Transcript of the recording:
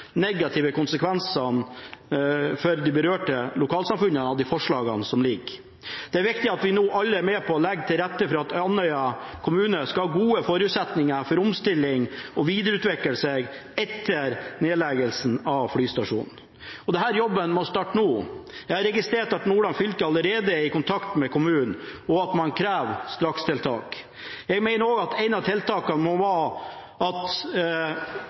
de mest negative konsekvensene for berørte lokalsamfunn. Det er nå viktig at vi alle er med på å legge til rette for at Andøy kommune skal ha gode forutsetninger for å omstille og videreutvikle seg etter nedleggelsen av flystasjonen. Denne jobben må starte nå. Jeg har registrert at Nordland fylke allerede er i kontakt med kommunen, og at man krever strakstiltak. Jeg mener også at et av tiltakene må være at vi som en del av omstillingen tilfører Andøy-samfunnet statlige arbeidsplasser. Jeg mener også at